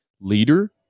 leader